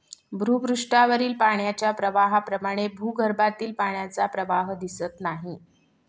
भूपृष्ठावरील पाण्याच्या प्रवाहाप्रमाणे भूगर्भातील पाण्याचा प्रवाह दिसत नाही